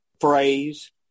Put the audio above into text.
phrase